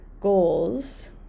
goals